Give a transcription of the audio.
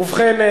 ובכן,